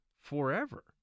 forever